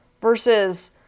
versus